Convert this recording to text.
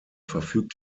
verfügt